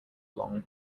long